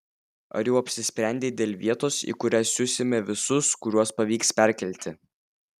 ar jau apsisprendei dėl vietos į kurią siusime visus kuriuos pavyks perkelti